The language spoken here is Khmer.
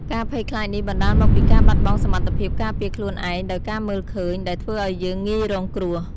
ការភ័យខ្លាចនេះបណ្តាលមកពីការបាត់បង់សមត្ថភាពការពារខ្លួនឯងដោយការមើលឃើញ ដែលធ្វើឲ្យយើងងាយរងគ្រោះ ។